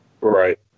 Right